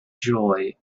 joy